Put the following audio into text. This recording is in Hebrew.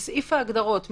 בסעיף ההגדרות,